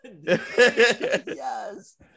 Yes